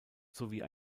sowie